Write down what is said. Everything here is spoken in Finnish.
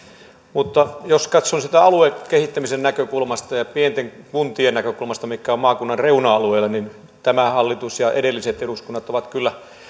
mutta jos katson sitä aluekehittämisen näkökulmasta ja pienten kuntien näkökulmasta mitkä ovat maakunnan reuna alueilla niin tämä hallitus ja edelliset eduskunnat ovat kyllä